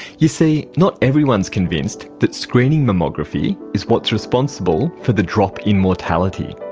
you see, not everyone is convinced that screening mammography is what's responsible for the drop in mortality.